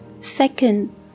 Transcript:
Second